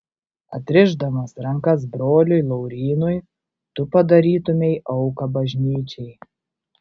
atrišdamas rankas broliui laurynui tu padarytumei auką bažnyčiai